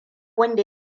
wanda